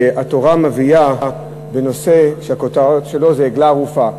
שהתורה מביאה בנושא שהכותרת שלו היא: עגלה ערופה.